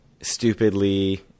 stupidly